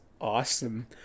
awesome